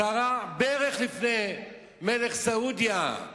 כרע ברך לפני מלך סעודיה,